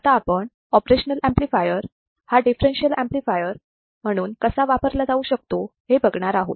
आता आपण operational amplifier हा दिफ्फेरेन्शियल ऍम्प्लिफायर म्हणून कसा वापरला जाऊ शकतो हे बघणार आहोत